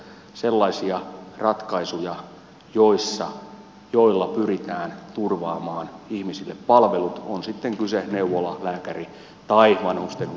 sellaisia ratkaisuja joilla pyritään turvaamaan ihmisille palvelut on sitten kyse neuvola lääkäri tai vanhustenhuollon kotipalveluista